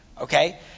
Okay